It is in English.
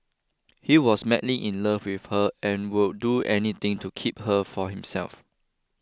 he was madly in love with her and would do anything to keep her for himself